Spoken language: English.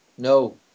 No